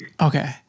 Okay